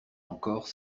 encore